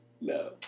No